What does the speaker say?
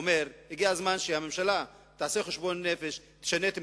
אומר שהגיע זמן שהממשלה תעשה חשבון נפש ותשנה את מדיניותה.